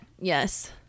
Yes